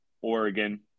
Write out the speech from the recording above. Oregon